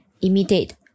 imitate